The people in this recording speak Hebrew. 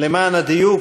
למען הדיוק,